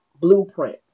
blueprint